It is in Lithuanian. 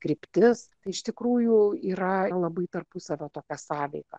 kryptis tai iš tikrųjų yra labai tarpusavio tokia sąveika